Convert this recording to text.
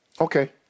Okay